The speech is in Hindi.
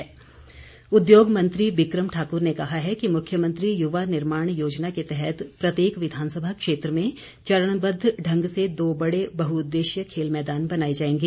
बिक्रम ठाकुर उद्योग मंत्री बिकम ठाकुर ने कहा है कि मुख्यमंत्री युवा निर्माण योजना के तहत प्रत्येक विधानसभा क्षेत्र में चरणबद्व ढंग से दो बड़े बहुउददेशीय खेल मैदान बनाए जाएंगे